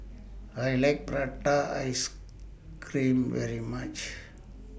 I like Prata Ice Cream very much